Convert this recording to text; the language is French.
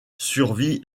survit